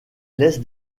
laisse